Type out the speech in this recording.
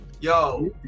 Yo